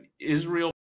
Israel